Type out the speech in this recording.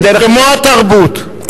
כמו התרבות.